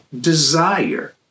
desire